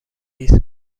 لیست